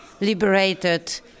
liberated